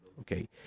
Okay